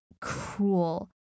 cruel